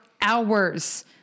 hours